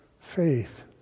faith